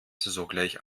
sogleich